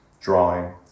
drawing